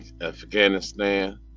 Afghanistan